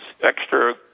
extra